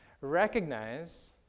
recognize